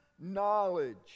knowledge